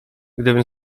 gdybym